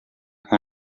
com